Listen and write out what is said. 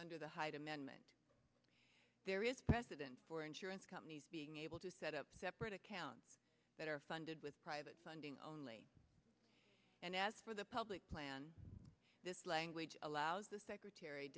under the hyde amendment there is precedent for insurance companies being able to set up separate accounts that are funded with private funding only and as for the public plan this language allows the secretary